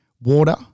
water